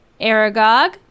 Aragog